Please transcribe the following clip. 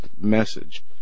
message